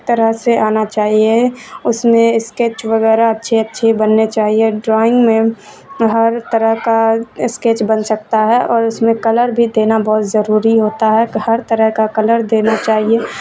طرح سے آنا چاہیے اس میں اسکیچ وغیرہ اچھے اچھے بننے چاہئے ڈرائنگ میں ہر طرح کا اسکیچ بن سکتا ہے اور اس میں کلر بھی دینا بہت ضروری ہوتا ہے تو ہر طرح کا کلر دینا چاہیے